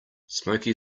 smoky